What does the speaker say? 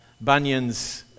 Bunyan's